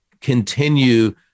continue